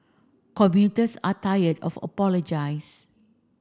commuters are tired of apologise